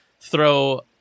throw